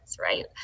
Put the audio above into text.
Right